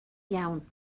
iawn